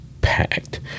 packed